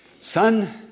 son